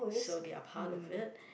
so they're part of it